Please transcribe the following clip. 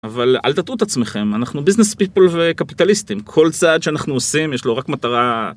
אבל אל תטעו את עצמכם אנחנו ביזנס פיפל וקפיטליסטים כל צעד שאנחנו עושים יש לו רק מטרה.